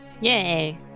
Yay